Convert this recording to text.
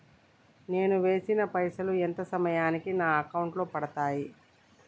నేను వేసిన పైసలు ఎంత సమయానికి నా అకౌంట్ లో పడతాయి?